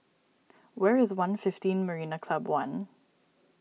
where is one fifteen Marina Club one